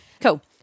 Cool